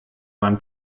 waren